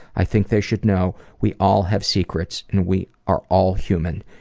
i think they should know we all have secrets and we are all human.